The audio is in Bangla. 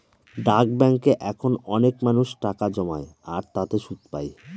ডাক ব্যাঙ্কে এখন অনেক মানুষ টাকা জমায় আর তাতে সুদ পাই